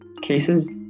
cases